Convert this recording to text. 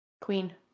Queen